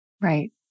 Right